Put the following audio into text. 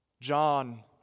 John